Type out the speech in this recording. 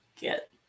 get